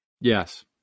Yes